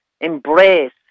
embrace